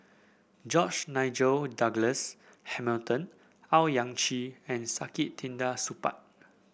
George Nigel Douglas Hamilton Owyang Chi and Saktiandi Supaat